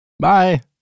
Bye